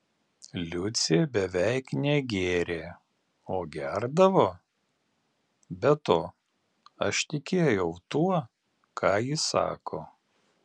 liucė beveik negėrė o gerdavo be to aš tikėjau tuo ką ji sako